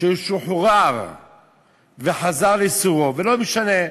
ששוחרר וחזר לסורו, ולא משנה,